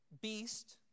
beast